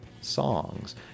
songs